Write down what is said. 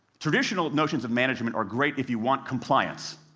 traditional notions of management are great if you want compliance.